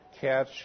catch